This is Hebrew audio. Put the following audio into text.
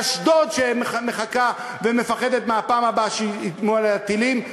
לאשדוד שמחכה ומפחדת מהפעם הבאה שייפלו עליה טילים,